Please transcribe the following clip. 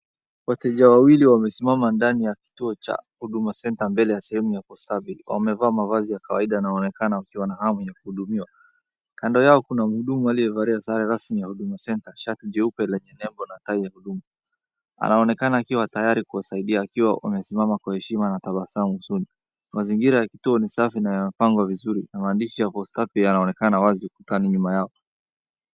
Wateja wawili wamesimama ndani ya kituo cha huduma senta mbele ya sehemu ya postabi. Wamevaa mavazi ya kawaida na waonekana wakiwa na hamu ya kuhudumiwa. Kando yao kuna mhudumu aliyevalia sare rasmi ya huduma senta, shati jeupe lenye nembo na tai ya huduma. Anaonekana akiwa tayari kuwasaidia akiwa amesimama kwa heshima na tabasamu nzuri. Mazingira ya kituo ni safi na yamepangwa vizuri na maandishi ya postabi yanaonekana wazi kutoka nyuma yao.